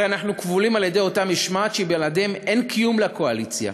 הרי אנחנו כבולים על-ידי אותה משמעת שבלעדיה אין קיום לקואליציה.